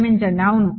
క్షమించండి అవును